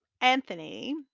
Anthony